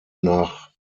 nach